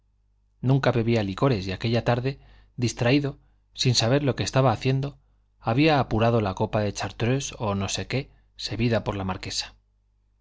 nunca bebía licores y aquella tarde distraído sin saber lo que estaba haciendo había apurado la copa de chartreuse o no sabía qué servida por la marquesa